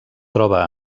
troba